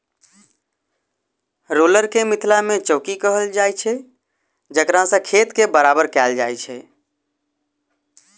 roller के मिथिला मे चौकी कहल जाइत छै जकरासँ खेत के बराबर कयल जाइत छै